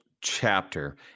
chapter